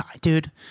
dude